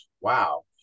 wow